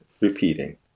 repeating